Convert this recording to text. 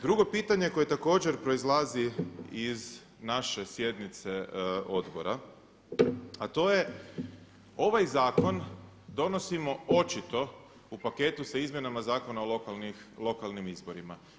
Drugo pitanje koje također proizlazi iz naše sjednice odbora a to je ovaj zakon donosimo očito u paketu s izmjenama Zakona o lokalnim izborima.